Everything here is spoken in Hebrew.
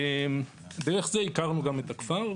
דרך זה הכרנו גם את הכפר,